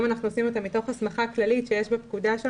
אנחנו עושים אותן מתוך הסמכה כללית שיש בפקודה.